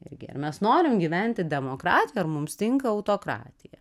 irgi ar mes norim gyventi demokratijoj ar mums tinka autokratija